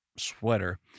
sweater